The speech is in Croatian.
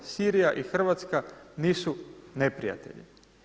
Sirija i Hrvatska nisu neprijatelji.